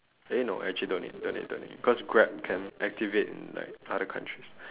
eh no actually don't need don't need cause grab can activate in like other countries